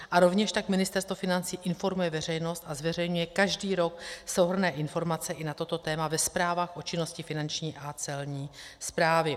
A rovněž tak Ministerstvo financí informuje veřejnost a zveřejňuje každý rok souhrnné informace i na toto téma ve zprávách o činnosti Finanční a Celní správy.